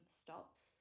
stops